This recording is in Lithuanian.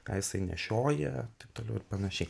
ką jisai nešioja toliau ir panašiai